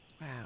Wow